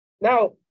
Now